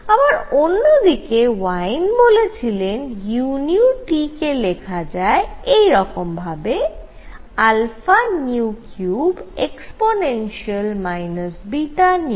আবার অন্য দিকে ওয়েইন বলেছিলেন u কে লেখা যায় এইরকম ভাবে 3e βνkT